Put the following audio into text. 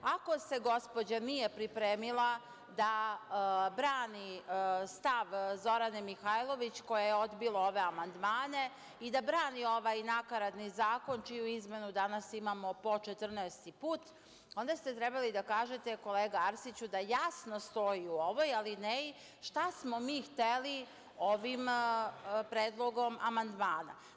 Ako se gospođa nije pripremila da brani stav Zorane Mihajlović, koja je odbila ove amandmane, i da brani ovaj nakaradni zakon, čiju izmenu danas imamo po četrnaesti put, onda ste trebali da kažete, kolega Arsiću, da jasno stoji u ovoj alineji šta smo mi hteli ovim predlogom amandmana.